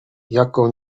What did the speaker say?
jako